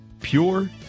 Pure